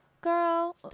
girl